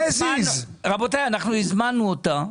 רבותיי, אנחנו הזמנו אותה.